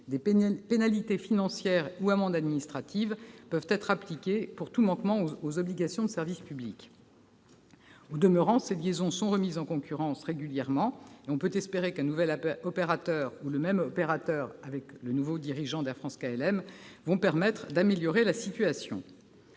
Des pénalités financières ou des amendes administratives peuvent être appliquées pour tout manquement aux obligations de service public. Au demeurant, ces liaisons sont remises en concurrence régulièrement. On peut espérer qu'un nouvel opérateur ou que le même opérateur, sous sa nouvelle direction, pourra améliorer la situation.